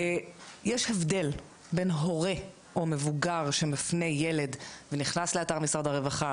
יש הבדל בין הורה או מבוגר שמפנה ילד ונכנס לאתר משרד הרווחה,